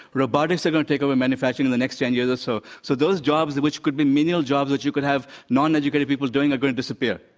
robotics are going to take over manufacturing in the next ten years or so. so those jobs which could be menial jobs that you could have non-educated people doing, they're going to disappear.